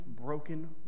broken